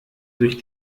durch